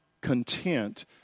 content